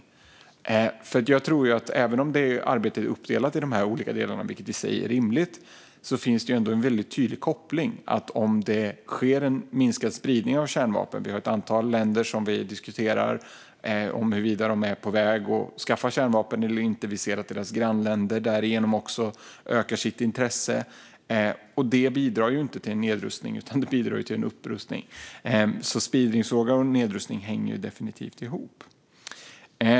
Även om arbetet är uppdelat i dessa olika delar, vilket i sig är rimligt, finns det ändå en väldigt tydlig koppling. När det gäller en minskad spridning av kärnvapen har vi ett antal länder som vi diskuterar - är de på väg att skaffa kärnvapen eller inte? Vi ser att deras grannländer därigenom också ökar sitt intresse. Detta bidrar inte till en nedrustning utan till en upprustning. Spridningsfrågor och nedrustning hänger definitivt ihop.